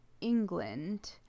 England